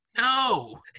No